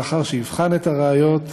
לאחר שיבחן את הראיות,